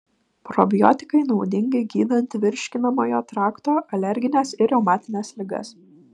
probiotikai naudingi gydant virškinamojo trakto alergines ir reumatines ligas